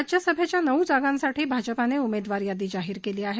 राज्यसभेच्या नऊ जागांसाठी भाजपने उमेदवार यादी जाहीर केली आहे